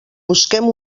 busquem